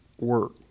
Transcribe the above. work